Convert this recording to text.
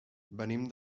venim